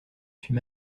suis